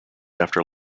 after